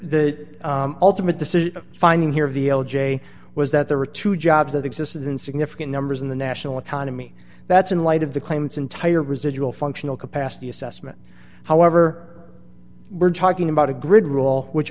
the ultimate decision of finding here v l j was that there were two jobs that existed in significant numbers in the national economy that's in light of the claims entire residual functional capacity assessment however we're talking about a grid rule which